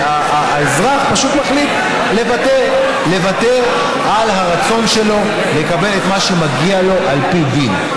האזרח פשוט מחליט לוותר על הרצון שלו לקבל את מה שמגיע לו על פי דין.